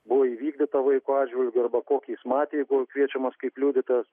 buvo įvykdyta vaiko atžvilgiu arba kokį jis matė buvo kviečiamas kaip liudytojas